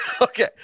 okay